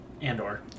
Andor